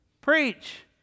preach